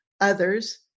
Others